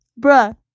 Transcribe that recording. bruh